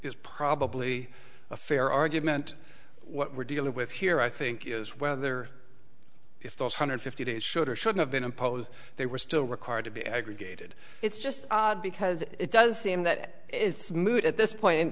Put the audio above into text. is probably a fair argument what we're dealing with here i think is whether if those hundred fifty days should or should have been imposed they were still required to be aggregated it's just odd because it does seem that it's moot at this point